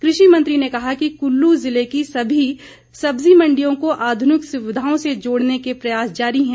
कृषि मंत्री ने कहा कि कुल्लू जिले की सभी सब्जी मंडियों को आधनिक सुविधाओं से जोड़ने के प्रयास जारी है